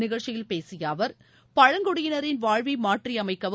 நிகழ்ச்சியில் பேசிய அவர் பழங்குடியினரின் வாழ்வை மாற்றியமைக்கவும்